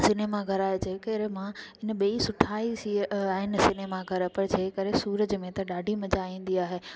cinema घरु आहे जंहिं करे मां हिन ॿई सुठा ई आहिनि सिनेमा घरु पर जंहिं करे सुरज में त ॾाढी मज़ा ईंदी आहे